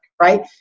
right